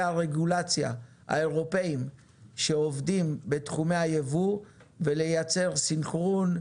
הרגולציה האירופאיים שעובדים בתחומי היבוא ולייצר סינכרון,